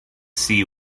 sea